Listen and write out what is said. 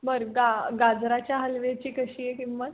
बरं गा गाजराच्या हलव्याची कशी आहे किंमत